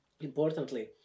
importantly